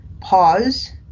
pause